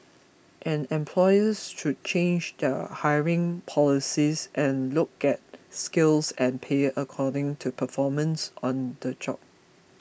and employers should change their hiring policies and look at skills and pay according to performance on the job